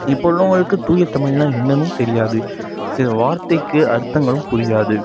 இப்போ உள்ளவர்களுக்கு தூய தமிழ்னால் என்னனு தெரியாது சில வார்த்தைக்கு அர்த்தங்களும் புரியாது